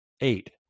Eight